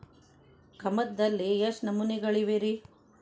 ಕಮತದಲ್ಲಿ ಎಷ್ಟು ನಮೂನೆಗಳಿವೆ ರಿ?